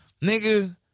nigga